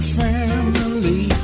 family